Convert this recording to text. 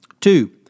Two